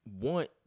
want